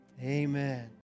amen